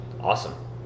Awesome